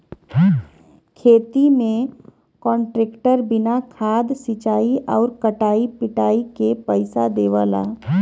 खेती में कांट्रेक्टर बिया खाद सिंचाई आउर कटाई पिटाई के पइसा देवला